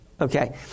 Okay